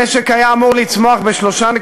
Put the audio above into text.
המשק היה אמור לצמוח ב-3.8%;